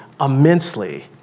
immensely